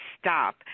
stop